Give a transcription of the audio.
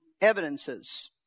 evidences